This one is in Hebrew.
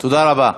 תודה רבה.